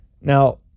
Now